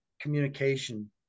communication